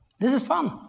this is fun.